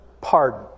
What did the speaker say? pardon